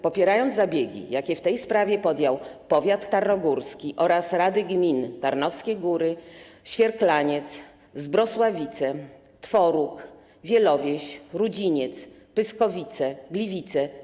Popierając zabiegi, jakie w tej sprawie podjął powiat tarnogórski oraz rady gmin Tarnowskie Góry, Świerklaniec, Zbrosławice, Tworóg, Wielowieś, Rudziniec, Pyskowice, Gliwice,